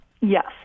Yes